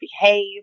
behave